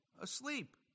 asleep